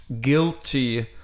guilty